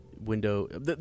window